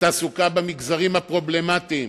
לתעסוקה במגזרים הפרובלמטיים,